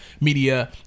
media